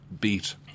beat